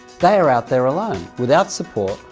they are out there alone, without support,